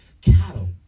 Cattle